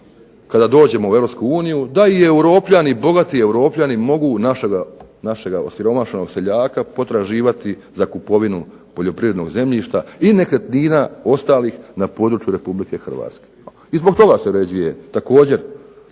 kada dođemo u EU da i europljani, bogati europljani mogu našeg osiromašenog seljaka potraživati za kupovinu poljoprivrednog zemljišta i nekretnina ostalih na području RH. I zbog toga se uređuju